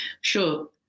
Sure